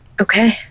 Okay